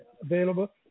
available